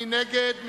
מי נגד?